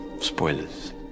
Spoilers